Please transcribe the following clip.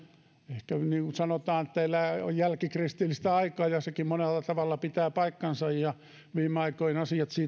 ehkä niin kuin sanotaan elää jälkikristillistä aikaa sekin monella tavalla pitää paikkansa ja viime aikojen